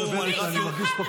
מה, אתה יותר טוב ממני?